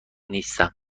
نیستم